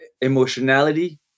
emotionality